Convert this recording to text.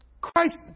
Christ